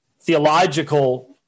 theological